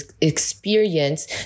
experience